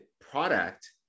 product